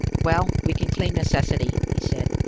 well, we can claim necessity, he said.